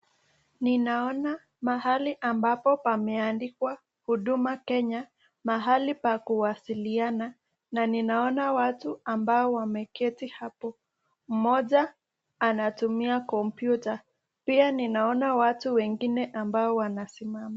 Ninaona mahali ambapo pameandikwa Huduma Kenya, mahali oa kuwasiliana na ninaona watu ambao wameketi hapo. Mmoja anatumia kompyuta. Pia ninaona watu wengine ambao wanasimama.